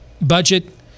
Budget